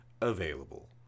available